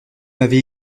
m’avez